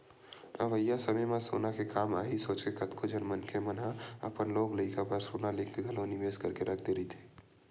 अवइया समे म सोना के काम आही सोचके कतको झन मनखे मन ह अपन लोग लइका बर सोना लेके घलो निवेस करके रख दे रहिथे